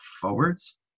forwards